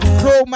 pro